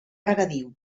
regadiu